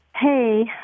Hey